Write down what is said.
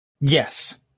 Yes